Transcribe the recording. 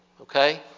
Okay